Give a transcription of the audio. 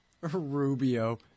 Rubio